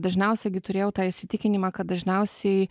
dažniausia gi turėjau tą įsitikinimą kad dažniausiai